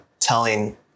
telling